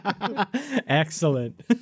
Excellent